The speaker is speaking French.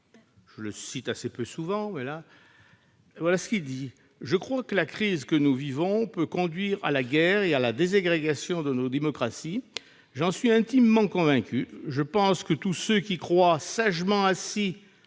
de citer, devant l'OIT :« Je crois que la crise que nous vivons peut conduire à la guerre et à la désagrégation de nos démocraties. J'en suis intimement convaincu. Je pense que tous ceux qui croient, sagement assis,